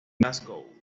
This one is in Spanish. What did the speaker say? glasgow